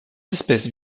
espèces